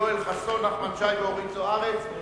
יואל חסון, נחמן שי ואורית זוארץ.